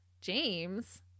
James